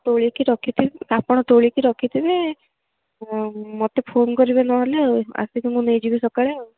ତୋଳିକି ରଖିଥିବେ ଆପଣ ତୋଳିକି ରଖିଥିବେ ମୋତେ ଫୋନ୍ କରିବେ ନହେଲେ ଆଉ ଆସିକି ମୁଁ ନେଇଯିବି ସକାଳେ ଆଉ